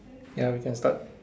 ya we can start